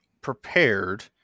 prepared